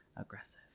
Aggressive